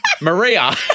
Maria